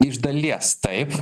iš dalies taip